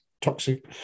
toxic